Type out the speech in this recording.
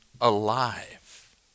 alive